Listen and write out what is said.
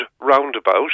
roundabout